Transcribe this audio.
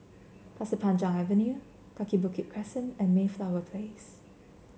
Pasir Panjang Avenue Kaki Bukit Crescent and Mayflower Place